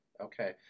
okay